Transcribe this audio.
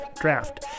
draft